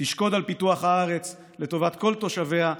תשקוד על פיתוח הארץ לטובת כל תושביה,